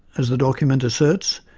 as the document asserts,